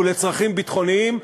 והוא לצרכים ביטחוניים.